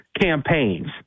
campaigns